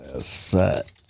set